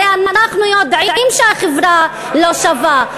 הרי אנחנו יודעים שהחברה לא שווה.